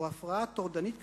או הפרעה טורדנית כפייתית"